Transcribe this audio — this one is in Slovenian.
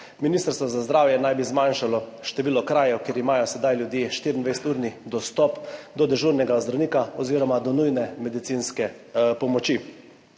Ministrstvo za zdravje naj bi zmanjšalo število krajev, kjer imajo sedaj ljudje 24-urni dostop do dežurnega zdravnika oziroma do nujne medicinske pomoči.